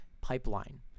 Pipeline